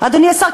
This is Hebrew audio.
אדוני השר?